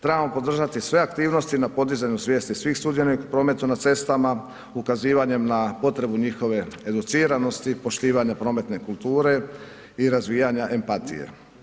Trebamo podržati sve aktivnosti na podizanju svijesti svih sudionika u prometu na cestama, ukazivanjem na potrebu njihove educiranosti i poštivanja prometne kulture i razvijanja empatije.